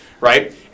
right